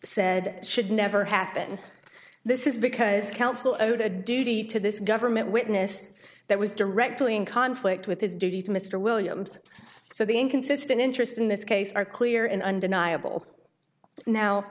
said should never happen this is because counsel owed a duty to this government witness that was directly in conflict with his duty to mr williams so the inconsistent interest in this case are clear and undeniable now